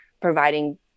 providing